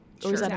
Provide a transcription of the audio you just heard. Sure